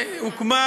שהוקמה,